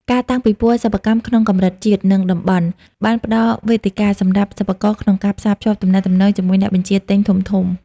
ការតាំងពិព័រណ៍សិប្បកម្មក្នុងកម្រិតជាតិ និងតំបន់ បានផ្ដល់វេទិកាសម្រាប់សិប្បករក្នុងការផ្សារភ្ជាប់ទំនាក់ទំនងជាមួយអ្នកបញ្ជាទិញធំៗ។